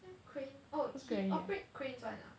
那个 crane oh he operate cranes [one] ah